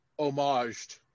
homaged